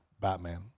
Batman